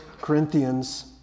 Corinthians